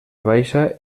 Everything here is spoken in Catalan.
baixa